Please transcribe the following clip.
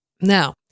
Now